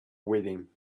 waiting